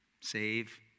save